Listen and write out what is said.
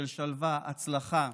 של שלווה, הצלחה,